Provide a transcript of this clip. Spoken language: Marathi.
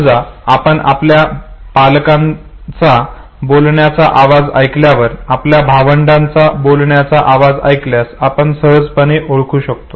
समजा आपण आपल्या पालकांचा बोलविण्याचा आवाज ऐकल्यास आपल्या भावंडांचा बोलविण्याचा आवाज ऐकल्यास आपण सहजपणे ओळखू शकतो